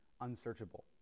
unsearchable